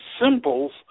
symbols